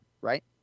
right